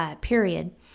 period